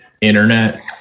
internet